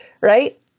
right